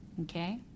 Okay